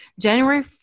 January